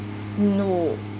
no